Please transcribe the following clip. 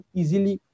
easily